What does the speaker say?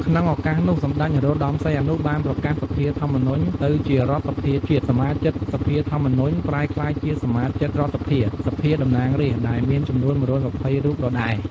ក្នុងឱកាសនោះសម្តេច នរោត្តម សីហនុ បានប្រកាសសភាធម្មនុញ្ញទៅជារដ្ឋសភាជាតិ សមាជិកសភាធម្មនុញ្ញ បានប្រែក្លាយជាសមាជិករដ្ឋសភា «សភាតំណាងរាស្ត្រ» ដែលមានចំនួន ១២០ រូបដដែល។